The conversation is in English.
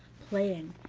playing,